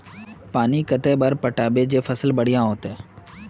पानी कते बार पटाबे जे फसल बढ़िया होते?